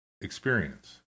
experience